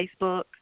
Facebook